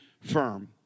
firm